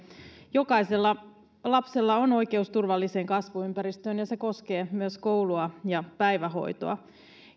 jokaisella lapsella on oikeus turvalliseen kasvuympäristöön ja se koskee myös koulua ja päivähoitoa